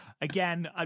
Again